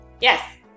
Yes